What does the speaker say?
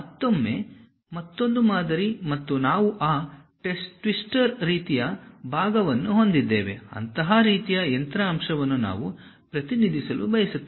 ಮತ್ತೊಮ್ಮೆ ಮತ್ತೊಂದು ಮಾದರಿ ಮತ್ತು ನಾವು ಆ ಟ್ವಿಸ್ಟರ್ ರೀತಿಯ ಭಾಗವನ್ನು ಹೊಂದಿದ್ದೇವೆ ಅಂತಹ ರೀತಿಯ ಯಂತ್ರ ಅಂಶವನ್ನು ನಾವು ಪ್ರತಿನಿಧಿಸಲು ಬಯಸುತ್ತೇವೆ